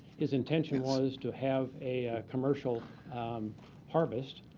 his intention was to have a commercial harvest.